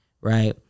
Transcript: right